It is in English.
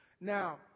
Now